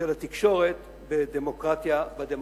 של התקשורת בדמוקרטיה הישראלית.